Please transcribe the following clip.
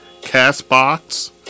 CastBox